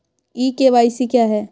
ई KYC क्या है?